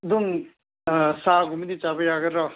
ꯑꯗꯨꯝ ꯁꯥꯒꯨꯝꯕꯗꯤ ꯆꯥꯕ ꯌꯥꯒꯗ꯭ꯔꯣ